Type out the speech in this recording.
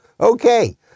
Okay